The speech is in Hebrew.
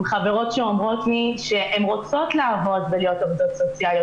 חברות שאומרות לי שהן רוצות לעבוד ולהיות עובדות סוציאליות,